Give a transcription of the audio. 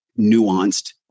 nuanced